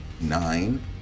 nine